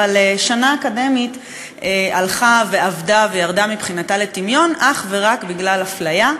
אבל שנה אקדמית הלכה ואבדה וירדה מבחינתה לטמיון אך ורק בגלל אפליה,